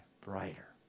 brighter